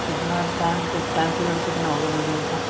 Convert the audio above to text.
कितना time time period कितना होगा वीडियो का